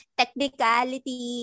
technicality